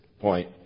point